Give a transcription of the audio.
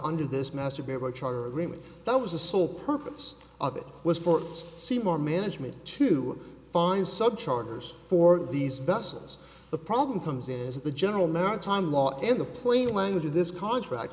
under this master but charter agreement that was the sole purpose of it was for seymour management to find such orders for these vessels the problem comes in is the general maritime law and the plain language of this contract